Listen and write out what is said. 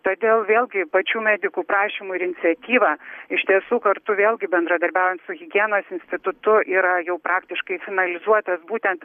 todėl vėlgi pačių medikų prašymu ir iniciatyva iš tiesų kartu vėlgi bendradarbiaujam su higienos institutu yra jau praktiškai finalizuotas būtent